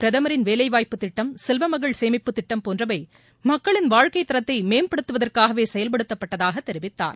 பிரதமரின் வேலைவாய்ப்புத் திட்டம் செல்வமகள் சேமிப்புத் திட்டம் போன்றவை மக்களின் வாழ்க்கைத் தரத்தை மேம்படுத்துவதற்காகவே செயல்படுத்தப்பட்டதாகத் தெரிவித்தார்